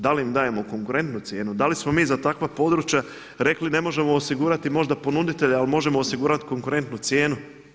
Da li im dajemo konkurentu cijenu, da li smo mi za takva područja rekli ne možemo osigurati možda ponuditelja, ali možemo osigurati konkurentnu cijenu?